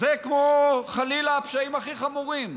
זה כמו, חלילה, הפשעים הכי חמורים.